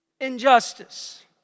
Injustice